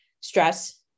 stress